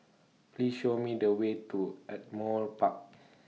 Please Show Me The Way to Ardmore Park